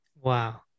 Wow